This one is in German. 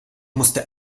musste